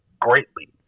greatly